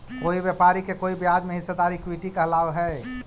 कोई व्यापारी के कोई ब्याज में हिस्सेदारी इक्विटी कहलाव हई